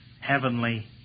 heavenly